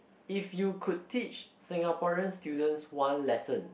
if you could teach Singaporean students one lesson